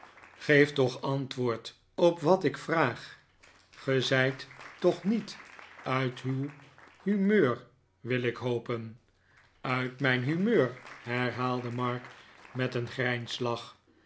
geef toch antwoord op wat ik vraag ge zijt toch niet uit uw humeur wil ik hopen uit mijn humeur herhaalde mark met een grijnslach